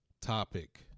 topic